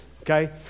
okay